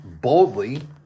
boldly